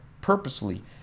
purposely